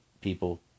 people